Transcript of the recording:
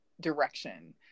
direction